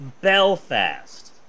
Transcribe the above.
Belfast